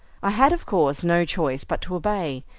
i had of course no choice but to obey,